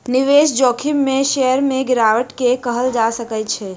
निवेश जोखिम में शेयर में गिरावट के कहल जा सकै छै